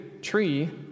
tree